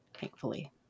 Thankfully